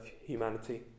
humanity